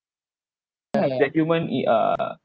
and that human it uh